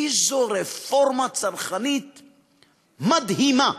איזו רפורמה צרכנית מדהימה,